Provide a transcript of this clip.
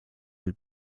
del